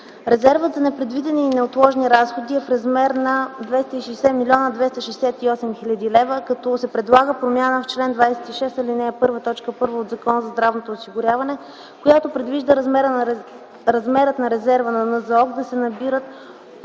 Резервът за непредвидени и неотложни разходи е в размер на 260 млн. 268 хил. лв., като се предлага промяна в чл. 26, ал. 1, т. 1 от Закона за здравното осигуряване, която предвижда размерът на резерва на НЗОК да се набира от